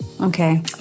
Okay